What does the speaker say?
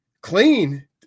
clean